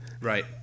right